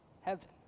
heaven